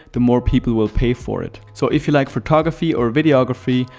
the more people will pay for it. so if you like photography or videography,